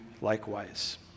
likewise